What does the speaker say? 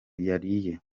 yariye